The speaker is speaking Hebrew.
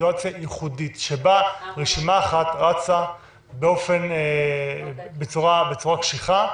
סיטואציה ייחודית, שבה רשימה אחת רצה בצורה קשיחה,